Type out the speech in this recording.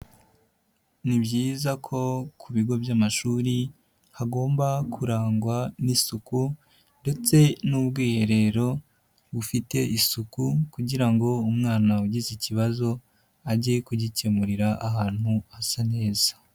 Ni byiza ko ku bigo by'amashuri hagomba kurangwa n'isuku ndetse n'ubwiherero bufite isuku kugira ngo umwana ugize ikibazo ajye kugikemurira ahantu hasa neza.